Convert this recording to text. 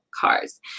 cars